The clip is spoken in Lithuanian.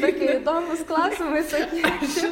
tokie įdomūs klausimai sakyčiau